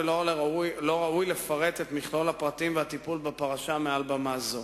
ולא ראוי לפרט את מכלול הפרטים והטיפול בפרשה מעל במה זו.